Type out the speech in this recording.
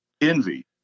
Envy